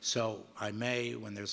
so i may when there's a